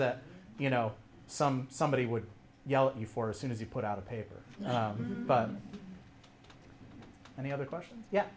that you know some somebody would yell at you for soon as you put out a paper and the other question yeah